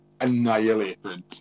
annihilated